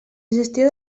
gestió